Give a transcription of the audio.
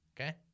Okay